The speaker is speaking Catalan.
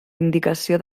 indicació